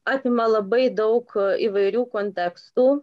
apima labai daug įvairių kontekstų